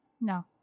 no